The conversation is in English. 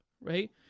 right